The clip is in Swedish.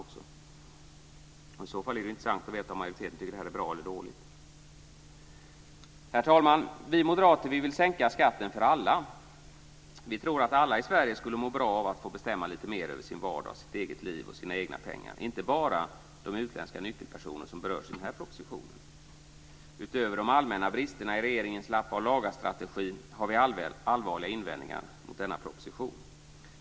I så fall vore det intressant att veta om majoriteten tycker att det här är bra eller dåligt. Herr talman! Vi moderater vill sänka skatten för alla. Vi tror att alla i Sverige skulle må bra av att få bestämma lite mer över sin vardag, sitt eget liv och sina egna pengar, inte bara de utländska nyckelpersoner som berörs i den här propositionen. Utöver de allmänna bristerna i regeringens lappaoch-laga-strategi har vi allvarliga invändningar mot denna proposition.